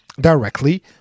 directly